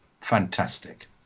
fantastic